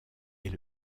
est